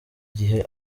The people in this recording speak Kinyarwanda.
gihe